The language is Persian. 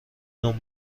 نون